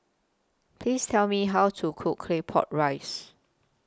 Please Tell Me How to Cook Claypot Rice